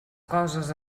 coses